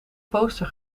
poster